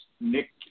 Nick